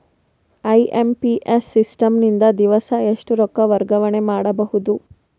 IMPS system ನಿಂದ ದಿವಸಾ ಎಷ್ಟ ರೊಕ್ಕ ವರ್ಗಾವಣೆ ಮಾಡಬಹುದು?